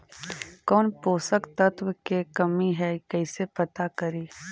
कौन पोषक तत्ब के कमी है कैसे पता करि?